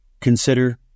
consider